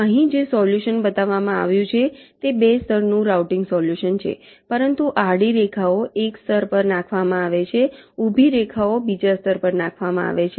અહીં જે સોલ્યુશન બતાવવામાં આવ્યું છે તે 2 સ્તરનું રાઉટીંગ સોલ્યુશન છે પરંતુ આડી રેખાઓ એક સ્તર પર નાખવામાં આવે છે ઊભી રેખાઓ બીજા સ્તર પર નાખવામાં આવે છે